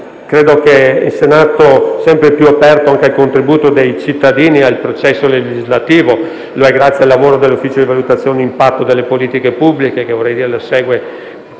importante. Il Senato è sempre più aperto anche al contributo dei cittadini al processo legislativo: lo è grazie al lavoro dell'Ufficio valutazione e impatto delle politiche pubbliche, che, tra noi